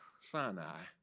Sinai